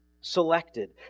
selected